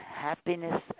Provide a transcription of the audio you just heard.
happiness